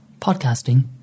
Podcasting